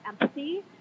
empathy